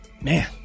Man